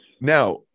Now